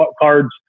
cards